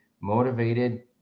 motivated